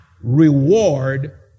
reward